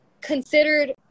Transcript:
considered